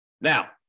Now